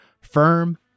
firm